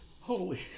holy